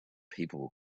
people